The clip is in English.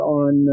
on